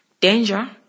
danger